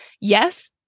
Yes